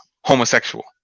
homosexual